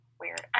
weird